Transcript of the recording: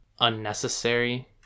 unnecessary